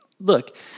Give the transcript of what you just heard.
look